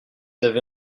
avez